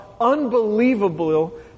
unbelievable